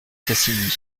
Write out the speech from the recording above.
tassigny